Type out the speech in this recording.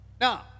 Now